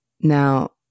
Now